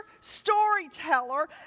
storyteller